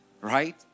right